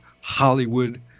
Hollywood